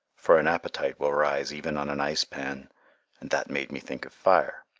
for an appetite will rise even on an ice-pan, and that made me think of fire.